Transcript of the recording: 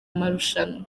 marushanwa